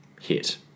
hit